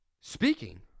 speaking